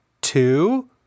two